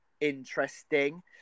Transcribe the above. interesting